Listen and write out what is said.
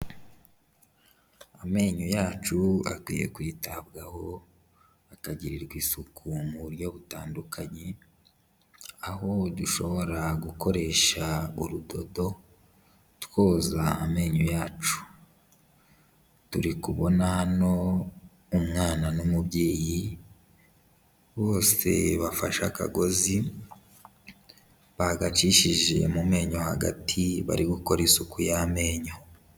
Amenyo yacu akwiye kwitabwaho akagirirwa isuku mu buryo butandukanye, aho dushobora gukoresha urudodo twoza amenyo yacu, turi kubona hano umwana n'umubyeyi bose bafashe akagozi bagacishije mu menyo hagati, bari gukora isuku y'amenyo.